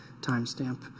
timestamp